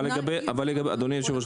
אבל אדוני היושב-ראש,